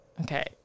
Okay